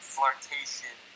Flirtation